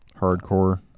Hardcore